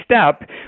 step